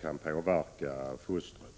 kan påverka fostret.